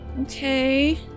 Okay